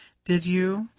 did you?